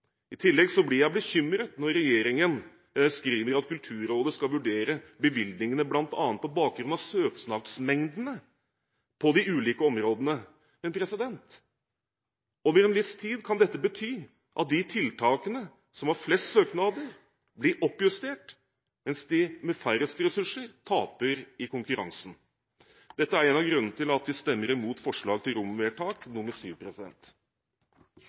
I tillegg blir jeg bekymret når regjeringen skriver at Kulturrådet skal vurdere bevilgningene, bl.a. på bakgrunn av «søknadsmengden» på de ulike områdene. Over en viss tid kan dette bety at de tiltakene som har flest søknader, blir oppjustert, mens de med færrest ressurser taper i konkurransen. Dette er en av grunnene til at vi stemmer imot forslag til